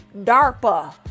DARPA